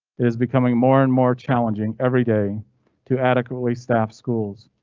it is becoming more and more challenging everyday to adequately staffed schools.